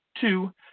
Two